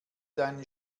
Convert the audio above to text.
deinen